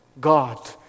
God